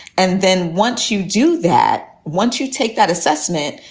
and then once you do that, once you take that assessment,